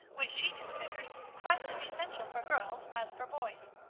which she considered quite as essential for girls as for boys.